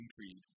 Creed